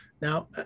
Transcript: Now